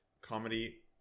comedy